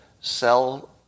sell